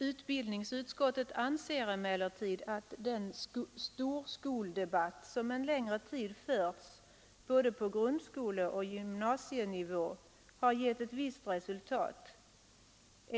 Utbildningsutskottet anser emellertid att den storskoledebatt som en längre tid förts när det gäller såväl grundskolesom gymnasienivå har gett ett visst resultat.